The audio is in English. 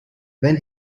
when